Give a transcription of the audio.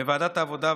בוועדת העבודה,